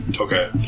Okay